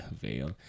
veil